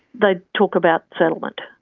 they'd talk about settlement.